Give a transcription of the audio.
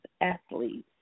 athletes